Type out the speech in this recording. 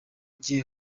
gihe